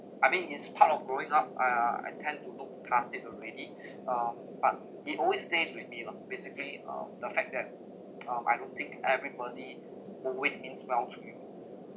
I mean it's part of growing up and ah I tend to look passed it already uh but it always stays with me lah basically um the fact that uh I don't think everybody always means well to you